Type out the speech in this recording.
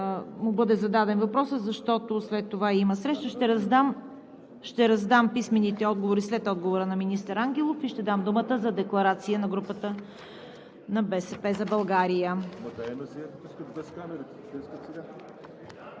му бъде зададен въпросът, защото след това има среща. Ще раздам писмените отговори след отговора на министър Ангелов и ще дам думата за декларация на групата на „БСП за България“.